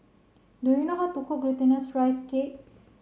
do you know how to cook glutinous rice cake